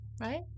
right